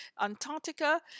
Antarctica